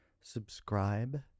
subscribe